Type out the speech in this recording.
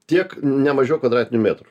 tiek nemažiau kvadratinių metrų